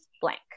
blank